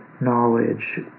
knowledge